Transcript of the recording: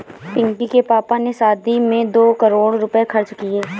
पिंकी के पापा ने शादी में दो करोड़ रुपए खर्च किए